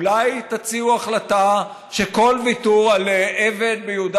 אולי תציעו החלטה שכל ויתור על אבן ביהודה